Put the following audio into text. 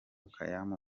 kaymu